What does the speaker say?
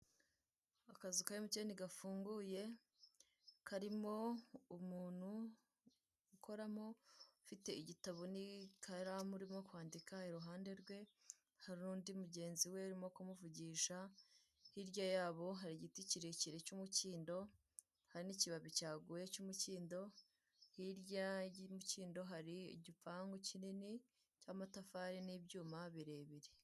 Akazu ka MTN gafunguye, karimo umuntu ukoramo ufite igitabo n'ikaramu urimo kwandika, iruhande rwe hari undi mugenzi we urimo kumuvugisha, hirya yabo hari igiti kirekire cy'umukindo hari n'ikibabi cyaguye cy'umukindo, hirya y'imikindo hari igipangu kinini cy'amatafari n'ibyuma birebire.